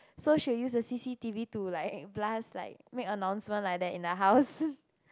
so she will use the C_C_T_V to like blast like make announcement like that in the house